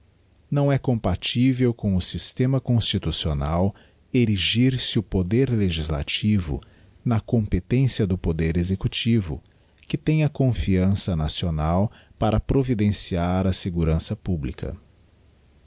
não é compatível com o systema constitucional erigir se o poder legislativo na competência do poder executívo que tem a confiança nacional para providenciar á segurança publica